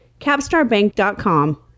CapstarBank.com